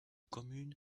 communes